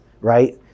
right